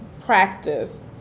practice